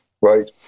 right